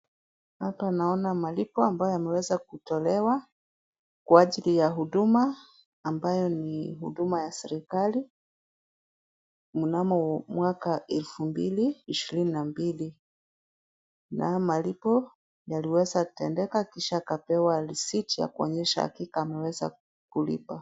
Hapa naona malipo ambayo yameweza kutolewa kwa ajili ya huduma, ambayo ni huduma ya serikali, mnamo mwaka elfu mbili ishirini na mbili na malipo yaliweza yanatendeka kisha akapewa receipt ya kuonyesha hakika ameweza kulipa.